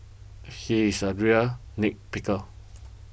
he is a real nitpicker